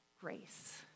Grace